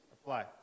apply